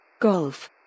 golf